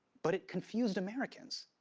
but it confused americans.